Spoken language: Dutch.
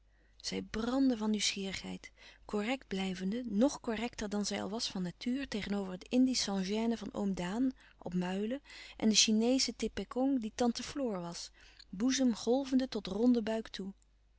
zij brandde van nieuwsgierigheid correct blijvende ng correcter dan zij al was van natuur tegenover het indische sans-gêne van oom daan op muilen en de chineesche tepèkong die tante floor was boezem golvende tot ronden buik toe